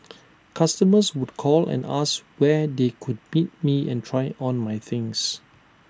customers would call and ask where they could meet me and try on my things